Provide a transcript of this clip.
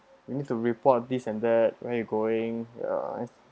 you need to report this and that where you going ya